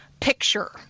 picture